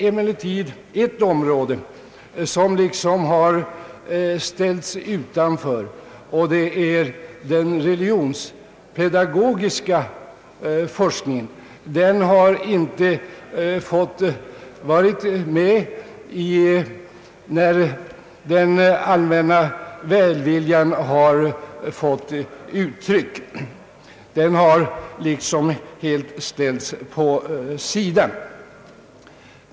Ett område, nämligen den religionspedagogiska forskningen, har emellertid inte fått vara med när den allmänna välviljan kommit till uttryck.